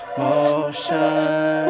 motion